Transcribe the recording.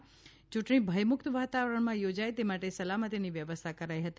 યૂંટણી ભયમુક્ત વાતાવરણમાં યોજાય તે માટે સલામતીની વ્યવસ્થા કરાઈ હતી